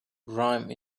grime